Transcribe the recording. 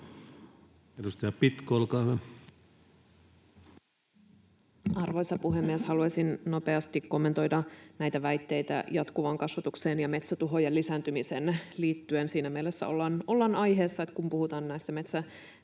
Edustaja Pitko, olkaa hyvä. Arvoisa puhemies! Haluaisin nopeasti kommentoida näitä väitteitä jatkuvaan kasvatukseen ja metsätuhojen lisääntymiseen liittyen — siinä mielessä ollaan aiheessa, että puhutaan näistä metsätuhoista.